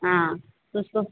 आँ तो उसको